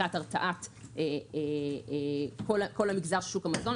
הרתעת כל המגזר של שוק המזון,